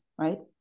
right